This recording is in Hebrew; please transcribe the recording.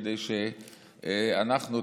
כדי שאנחנו,